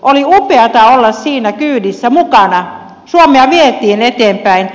oli upeata olla siinä kyydissä mukana suomea vietiin eteenpäin